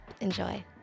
Enjoy